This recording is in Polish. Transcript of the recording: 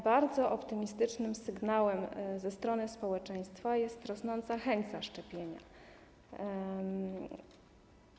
Bardzo optymistycznym sygnałem ze strony społeczeństwa jest rosnącą chęć zaszczepienia się.